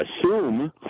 assume